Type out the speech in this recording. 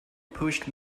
pushed